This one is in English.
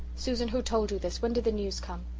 susan, who told you this when did the news come?